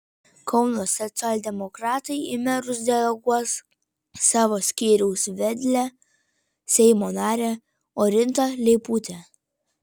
kauno socialdemokratai į merus deleguos savo skyriaus vedlę seimo narę orintą leiputę